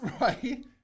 right